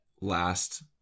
last